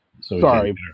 Sorry